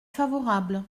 favorable